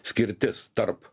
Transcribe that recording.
skirtis tarp